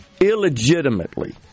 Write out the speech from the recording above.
illegitimately